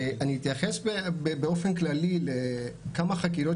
אני אתייחס באופן כללי לכמה חקירות